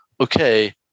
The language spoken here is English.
Okay